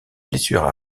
blessures